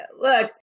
look